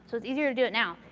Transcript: so it's easier to do it now.